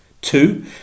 Two